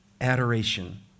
adoration